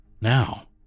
now